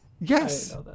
Yes